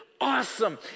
awesome